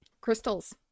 crystals